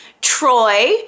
Troy